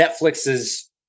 Netflix's